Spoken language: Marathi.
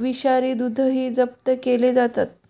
विषारी दूधही जप्त केले जात आहे